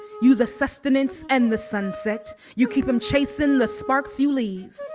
you the sustenance and the sunset. you keep em chasin the sparks you leave.